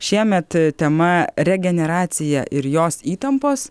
šiemet tema regeneracija ir jos įtampos